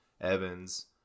Evans